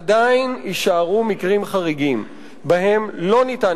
עדיין יישארו מקרים חריגים שבהם לא ניתן